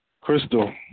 crystal